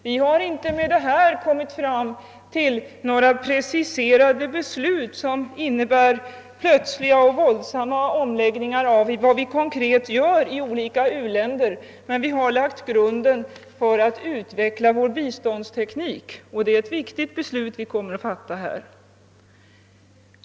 Vi har inte med det här kommit fam till några preciserade beslut som innebär plötsliga och våldsamma omläggningar av vad vi konkret gör i olika u-länder, men vi har lagt grunden för att utveckla vår biståndsteknik. Det är ett viktigt beslut vi kommer att fatta.